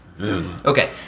Okay